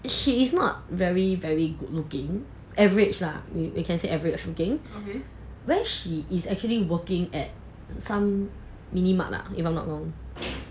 she is not very very good looking average lah we can say average looking where she is actually working at some mini mart lah if I'm not wrong